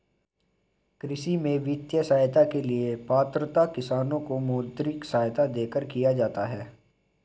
कृषि में वित्तीय सहायता के लिए पात्रता किसानों को मौद्रिक सहायता देकर किया जाता है